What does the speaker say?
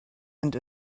and